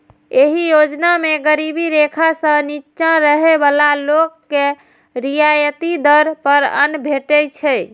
एहि योजना मे गरीबी रेखा सं निच्चा रहै बला लोक के रियायती दर पर अन्न भेटै छै